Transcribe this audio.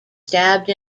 stabbed